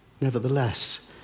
nevertheless